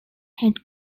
head